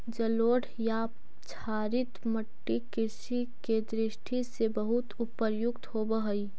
जलोढ़ या क्षारीय मट्टी कृषि के दृष्टि से बहुत उपयुक्त होवऽ हइ